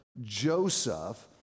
Joseph